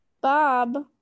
Bob